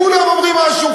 כולם אומרים משהו,